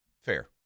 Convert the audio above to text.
Fair